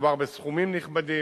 מדובר בסכומים נכבדים.